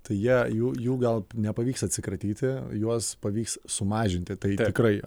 tai jie jų jų gal nepavyks atsikratyti juos pavyks sumažinti tai tikrai